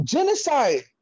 Genocide